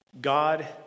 God